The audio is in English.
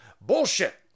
Bullshit